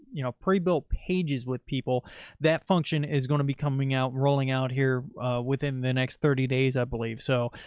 you know, prebuilt pages with people that function is going to be coming out, rolling out here within the next thirty days. i believe. so.